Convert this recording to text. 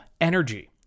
energy